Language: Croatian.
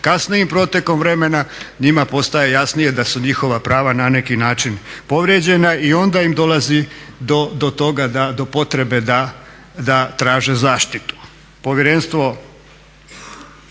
kasnijim protokom vremena njima postaje jasnije da su njihova prava na neki način povrijeđena i onda im dolazi do toga da, do potrebe da traže zaštitu.